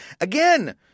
Again